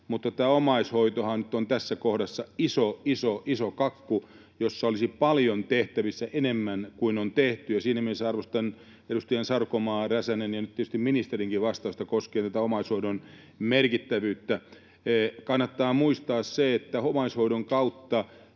mutta tämä omaishoitohan nyt on tässä kohdassa iso, iso, iso kakku, jossa olisi paljon enemmän tehtävissä kuin on tehty. Ja siinä mielessä arvostan edustajien Sarkomaa ja Räsänen puheenvuoroja ja nyt tietysti ministerinkin vastausta koskien tätä omaishoidon merkittävyyttä. Kannattaa muistaa se, että omaishoidon kautta